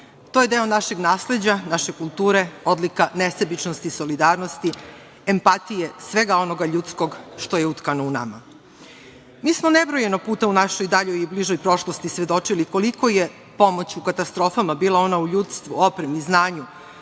To je deo našeg nasleđa, naše kulture, odlika nesebičnosti, solidarnosti, empatije, svega onoga ljudskog što je utkano u nama. Mi smo nebrojeno puta u našoj daljoj i bližoj prošlosti svedočili koliko je pomoć u katastrofama bila ona u ljudstvu, opremi, znanju,